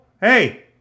Hey